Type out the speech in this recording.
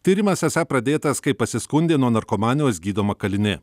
tyrimas esą pradėtas kai pasiskundė nuo narkomanijos gydoma kalinė